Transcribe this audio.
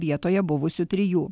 vietoje buvusių trijų